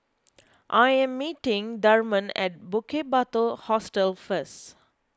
I am meeting Thurman at Bukit Batok Hostel first